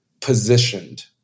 positioned